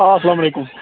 اسلام علیکُم